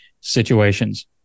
situations